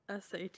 SAT